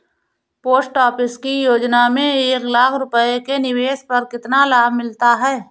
Post office की योजना में एक लाख रूपए के निवेश पर कितना लाभ मिलता है?